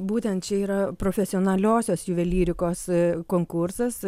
būtent čia yra profesionaliosios juvelyrikos konkursas